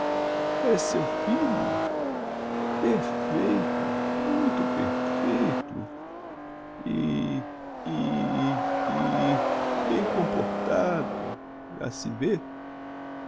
é seu filho perfeito muito perfeito e e e bem comportado já se vê